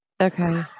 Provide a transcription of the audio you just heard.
okay